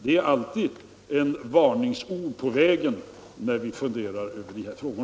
Det är alltid ett varningsord på vägen när vi funderar över dessa frågor.